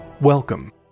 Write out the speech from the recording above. Welcome